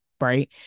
Right